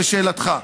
לשאלתך,